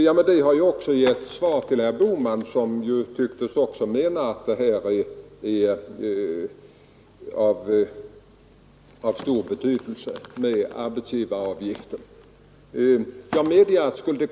Därmed har jag även givit svar till herr Bohman som också tycktes mena att frågan om arbetsgivaravgiften är av stor betydelse.